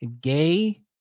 gay